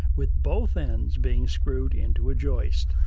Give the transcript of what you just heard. with both ends being screwed into a joist.